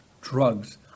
drugs